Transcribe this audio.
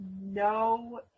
no